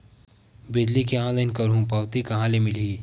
बिजली के ऑनलाइन करहु पावती कहां ले मिलही?